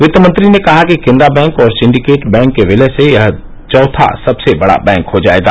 वित्त मंत्री ने कहा कि कैनरा बैंक और सिंडिकेट बैंक के विलय से यह चौथा सबसे बड़ा बैंक हो जाएगा